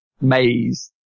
maze